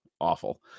Awful